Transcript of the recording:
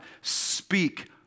speak